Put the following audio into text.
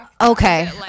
okay